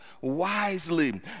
wisely